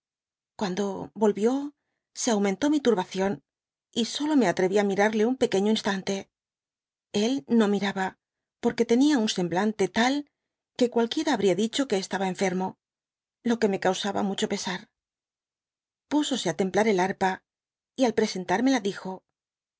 cuando toitíó se aumentó mi turbación y solo me atreví á mirarle un pequeño instante él no miraba pero tenia un semblante tal que qualquiera habría dicho que estaba enfermo lo que me causaba mucho pesar púsose á templar el barpa y al presentármela dijo